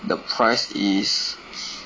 the price is